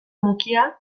mukia